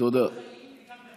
גם חיים וגם בתים.